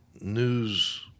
news